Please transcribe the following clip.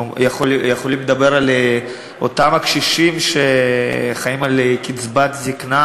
יכולים לדבר על אותם הקשישים שחיים על קצבת זיקנה